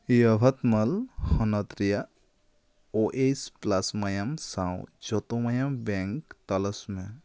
ᱭᱟᱵᱷᱚᱛᱢᱟᱞ ᱦᱚᱱᱚᱛ ᱨᱮᱭᱟᱜ O H plus ᱢᱟᱭᱟᱢ ᱥᱟᱶ ᱡᱚᱛᱚ ᱢᱟᱭᱟᱢ ᱵᱮᱸᱠ ᱛᱚᱞᱟᱥ ᱢᱮ